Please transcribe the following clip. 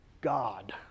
God